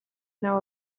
know